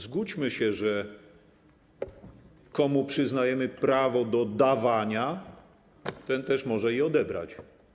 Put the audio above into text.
Zgódźmy się, że komu przyznajemy prawo do dawania, ten może też odebrać.